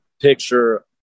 picture